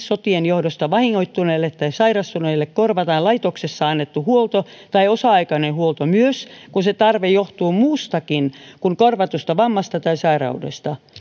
sotien johdosta vahingoittuneille tai sairastuneille korvataan laitoksessa annettu huolto tai osa aikainen huolto myös kun se tarve johtuu muustakin kuin korvatusta vammasta tai sairaudesta